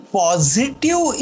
positive